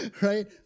right